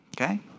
Okay